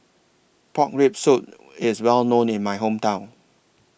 Pork Rib Soup IS Well known in My Hometown